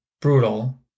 brutal